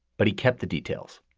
but he kept the details.